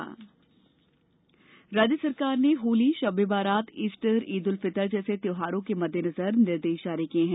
lockdown राज्य सरकार ने होली शब ए बारात ईस्टर ईद उल फितर जैसे त्योहारों के मद्देनजर निर्देश जारी किये हैं